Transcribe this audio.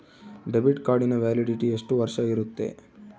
Debit ಕಾರ್ಡಿನ validity ಎಷ್ಟು ವರ್ಷ ಇರುತ್ತೆ?